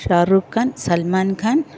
Shah Rukh Khan Salman Khan